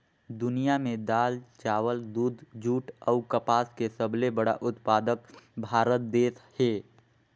दुनिया में दाल, चावल, दूध, जूट अऊ कपास के सबले बड़ा उत्पादक भारत देश हे